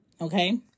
okay